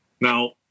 Now